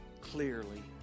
clearly